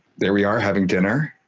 there we are having dinner.